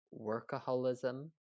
workaholism